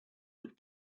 would